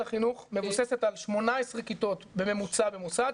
החינוך מבוססת על 18 כיתות בממוצע במוסד,